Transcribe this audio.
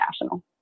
national